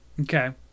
Okay